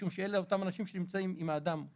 משום שאלה אותם אנשים שנמצאים עם האדם ,